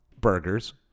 burgers